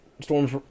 Storms